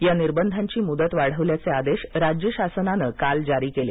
या निर्बधांची मुदत वाढवल्याचे आदेश राज्य शासनानं काल जारी केले